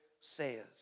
says